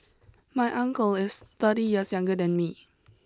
my uncle is thirty years younger than me